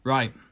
Right